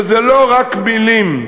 שזה לא רק מילים,